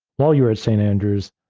while you were at st. andrews,